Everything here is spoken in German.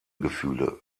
gefühle